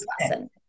lesson